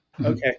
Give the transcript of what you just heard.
Okay